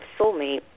soulmate